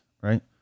right